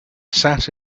sat